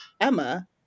Emma